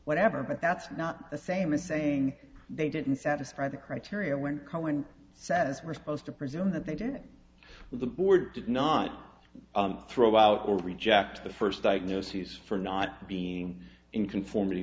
whatever but that's not the same as saying they didn't satisfy the criteria when cohen says we're supposed to presume that they did with board did not throw out or reject the first diagnoses for not being in conformity